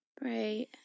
Right